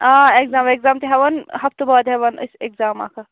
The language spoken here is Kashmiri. آ ایٚکزام ویٚکزام تہِ ہیٚوان ہفتہٕ بعد ہیٚوان أسۍ ایٚکزام اَکھ اَکھ